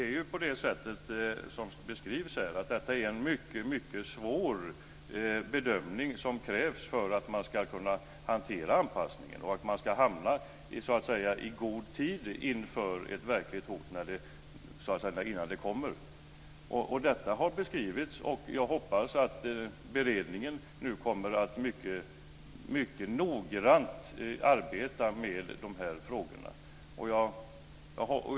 Fru talman! Det krävs en mycket svår bedömning för att man skall kunna hantera anpassningen och vara ute i god tid inför ett verkligt hot. Detta har beskrivits. Jag hoppas att beredningen nu kommer att arbeta mycket noggrant med de här frågorna.